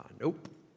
Nope